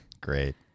Great